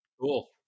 Cool